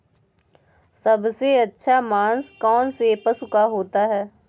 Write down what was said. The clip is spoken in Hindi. सबसे अच्छा मांस कौनसे पशु का होता है?